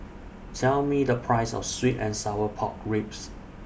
Tell Me The Price of Sweet and Sour Pork Ribs